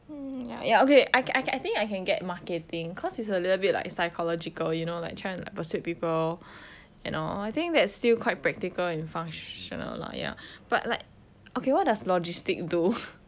mm ya ya okay I think I can get marketing cause it's a little bit like psychological you know like trying to persuade people you know I think that's still quite practical and functional lah ya but like okay what does logistic do